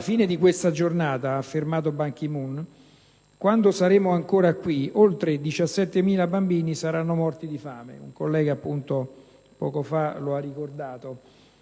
fine di questa giornata» - ha affermato Ban Ki-Moon - «quando saremo ancora qui, oltre 17.000 bambini saranno morti di fame. Ne scompare uno ogni cinque secondi.